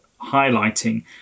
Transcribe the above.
highlighting